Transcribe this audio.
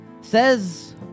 says